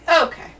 Okay